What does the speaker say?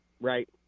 Right